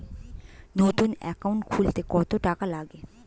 নতুন একাউন্ট খুলতে কত টাকা লাগে?